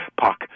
puck